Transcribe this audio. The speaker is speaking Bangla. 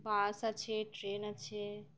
বাস আছে ট্রেন আছে